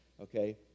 okay